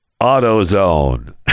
AutoZone